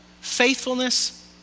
faithfulness